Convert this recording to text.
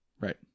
Right